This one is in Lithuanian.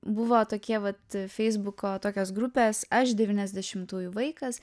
buvo tokie vat feisbuko tokios grupės aš devyniasdešimtųjų vaikas